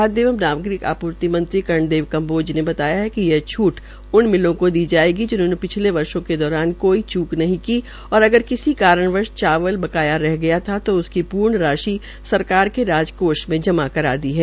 खादय एवं नागरिक आपूर्ति मंत्री कर्ण देव कम्बोज ने बताया कि यह छट उन मिलों को दी जायेगी जिन्होंने पिछले वर्षो दौरान कोई चूक नहीं की और अगर किसी कारणवंश चावल बकाया रह गया था तो उनकी पूर्ण राशि सरकार के राजकोष में जमा करा दी है